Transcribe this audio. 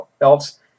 else